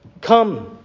Come